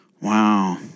Wow